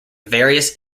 various